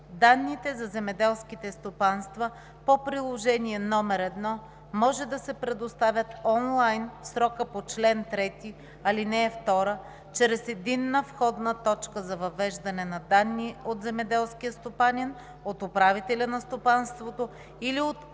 Данните за земеделските стопанства по Приложение № 1 може да се предоставят онлайн в срока по чл. 3, ал. 2 чрез единна входна точка за въвеждане на данни от земеделския стопанин, от управителя на стопанството или от